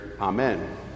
amen